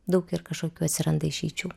daug ir kažkokių atsiranda išeičių